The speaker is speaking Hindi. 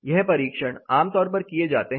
यह परीक्षण आमतौर पर किए जाते है